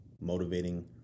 motivating